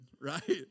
right